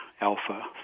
alpha